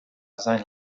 sein